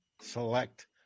select